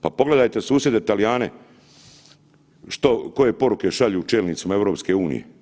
Pa pogledajte susjede Talijane koje poruke šalju čelnicima EU.